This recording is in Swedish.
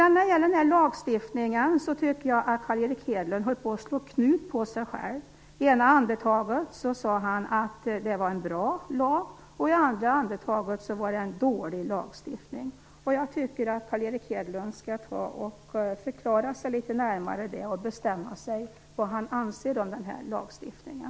När det sedan gäller lagstiftningen tycker jag att Carl Erik Hedlund slår knut på sig själv. I ena andetaget sade han att det var en bra lag, och i andra andetaget var det en dålig lagstiftning. Jag tycker att Carl Erik Hedlund skall förklara sig litet närmare och bestämma sig för vad han anser om den här lagstiftningen.